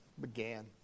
began